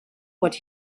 what